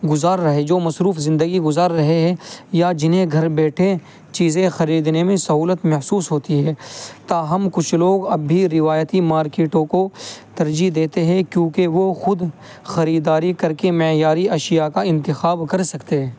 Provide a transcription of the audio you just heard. گزار رہے جو مصروف زندگی گزار رہے ہیں یا جنہیں گھر بیٹھے چیزیں خریدنے میں سہولت محسوس ہوتی ہے تاہم کچھ لوگ اب بھی روایتی مارکیٹوں کو ترجیح دیتے ہیں کیونکہ وہ خود خریداری کر کے معیاری اشیاء کا انتخاب کر سکتے ہیں